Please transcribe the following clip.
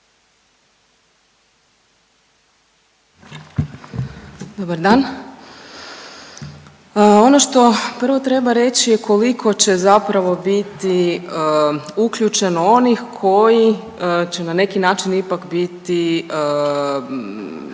Dobar dan. Ono što prvo treba reći je koliko će zapravo biti uključeno onih koji će na neki način ipak biti